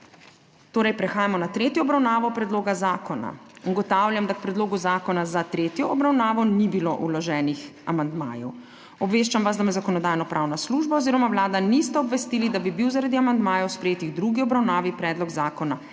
Ne. Prehajamo na tretjo obravnavo predloga zakona. Ugotavljam, da k predlogu zakona za tretjo obravnavo ni bilo vloženih amandmajev. Obveščam vas, da me Zakonodajno-pravna služba oziroma Vlada nista obvestili, da bi bil zaradi amandmajev, sprejetih v drugi obravnavi, predlog zakona